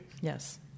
Yes